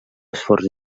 esforç